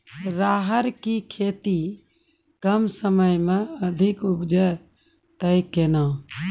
राहर की खेती कम समय मे अधिक उपजे तय केना?